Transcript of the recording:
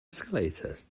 escalators